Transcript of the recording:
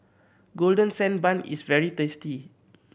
Golden Sand Bun is very tasty